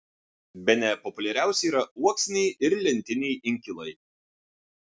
bene populiariausi yra uoksiniai ir lentiniai inkilai